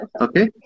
okay